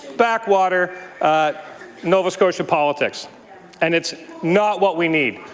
back water nova scotia politics and it's not what we need.